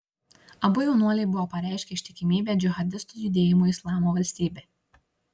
abu jaunuoliai buvo pareiškę ištikimybę džihadistų judėjimui islamo valstybė